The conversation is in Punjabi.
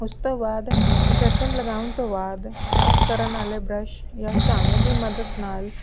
ਉਸ ਤੋਂ ਬਾਅਦ ਡਿਟਰਜੈਂਟ ਲਗਾਉਣ ਤੋਂ ਬਾਅਦ ਸਾਫ ਕਰਨ ਵਾਲੇ ਬ੍ਰਸ਼ ਜਾਂ ਝਾਂਵੇ ਦੀ ਮਦਦ ਨਾਲ